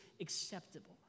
acceptable